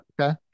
Okay